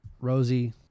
Rosie